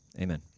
Amen